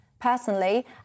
Personally